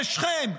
בשכם?